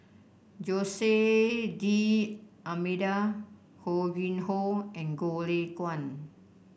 Jose D'Almeida Ho Yuen Hoe and Goh Lay Kuan